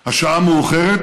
השעה מאוחרת,